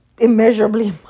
immeasurably